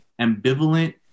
ambivalent